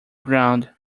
ground